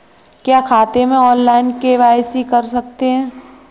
क्या खाते में ऑनलाइन के.वाई.सी कर सकते हैं?